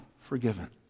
forgiven